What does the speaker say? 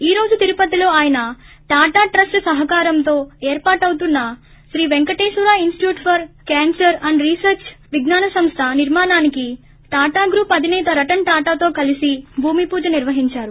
ఈ రోజు తిరుపతిలో ఆయన టాటా ట్రస్ట్ సహకారంతో ఏర్పాటవుతున్న Shri Venkateswara institute for cancer care and research వైద్య విజ్ఞాన సంస్ద నిర్మాణానికి టాటా గ్రూప్ అధినేత రతన్ టాటాతో కలీసి భూమిపూజ నిర్వహిందారు